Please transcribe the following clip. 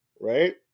right